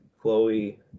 Chloe